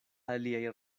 aliaj